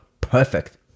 perfect